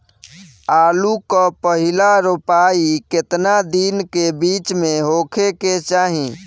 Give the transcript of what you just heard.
आलू क पहिला रोपाई केतना दिन के बिच में होखे के चाही?